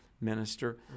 minister